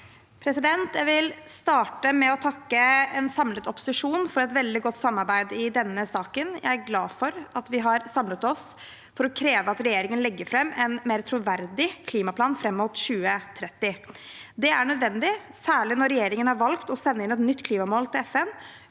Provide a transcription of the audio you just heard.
Jeg vil starte med å takke en samlet opposisjon for et veldig godt samarbeid i denne saken. Jeg er glad for at vi har samlet oss for å kreve at regjeringen legger fram en mer troverdig klimaplan fram mot 2030. Det er nødvendig, særlig når regjeringen har valgt å sende inn et nytt klimamål til FN